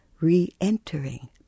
re-entering